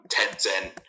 Tencent